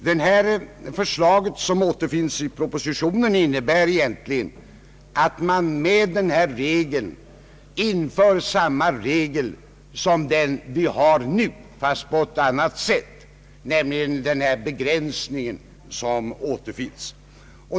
Det förslag som återfinns i propositionen innebär egentligen, att man här inför en regel av samma innebörd som den vi har nu fast på ett annat sätt, nämligen genom den begränsning som nu föreslås.